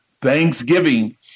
Thanksgiving